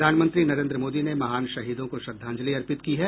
प्रधानमंत्री नरेन्द्र मोदी ने महान शहीदों को श्रद्धांजलि अर्पित की है